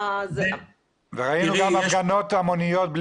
ראינו הפגנות המוניות שמפגינים היו